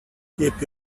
keep